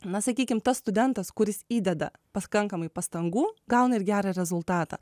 na sakykim tas studentas kuris įdeda pakankamai pastangų gauna ir gerą rezultatą